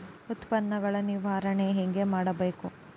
ಉತ್ಪನ್ನಗಳ ನಿರ್ವಹಣೆ ಹೇಗೆ ಮಾಡಬೇಕು?